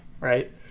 right